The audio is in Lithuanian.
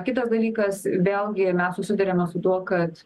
kitas dalykas vėlgi mes susiduriame su tuo kad